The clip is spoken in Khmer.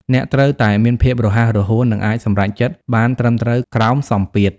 អ្នកត្រូវតែមានភាពរហ័សរហួន និងអាចសម្រេចចិត្តបានត្រឹមត្រូវក្រោមសម្ពាធ។